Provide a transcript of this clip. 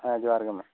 ᱦᱮᱸ ᱡᱚᱦᱟᱨ ᱜᱮ ᱢᱟ